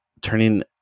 turning